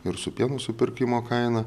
ir su pieno supirkimo kaina